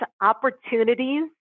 opportunities